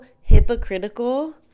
hypocritical